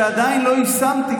-- שעדיין לא יישמתי,